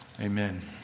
Amen